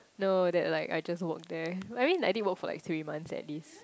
no that like I just work there I mean like I already work for like three months at least